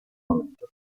momento